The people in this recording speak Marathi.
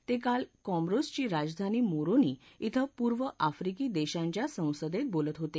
ते काल कॉमरोसची राजधानी मोरोनी क्वें पूर्व आफ्रीका देशांच्या संसदेत बोलत होते